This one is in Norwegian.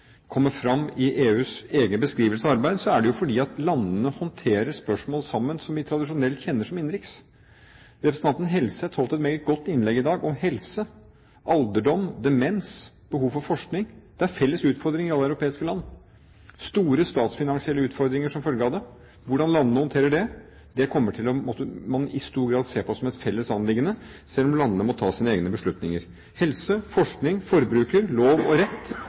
fram i EUs egen beskrivelse av arbeidet, er det jo fordi landene sammen håndterer spørsmål som vi tradisjonelt kjenner som innenrikspolitikk. Representanten Helseth holdt et meget godt innlegg i dag om helse, alderdom, demens og behov for forskning. Dette er felles utfordringer i alle europeiske land, store statsfinansielle utfordringer, og hvordan landene håndterer dem, kommer man i stor grad til å måtte se på som et felles anliggende, selv om landene må ta sine egne beslutninger. Helse, forskning, forbruker, lov og rett